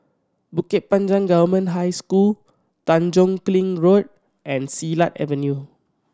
Bukit Panjang Government High School Tanjong Kling Road and Silat Avenue